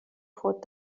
خود